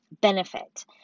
benefit